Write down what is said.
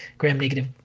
gram-negative